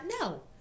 no